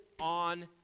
on